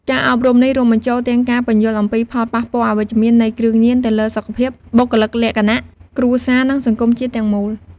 ការអប់រំនេះរួមបញ្ចូលទាំងការពន្យល់អំពី ផលប៉ះពាល់អវិជ្ជមាននៃគ្រឿងញៀន ទៅលើសុខភាព បុគ្គលិកលក្ខណៈ គ្រួសារ និងសង្គមជាតិទាំងមូល។